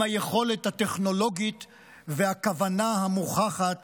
עם היכולת הטכנולוגית והכוונה המוכחת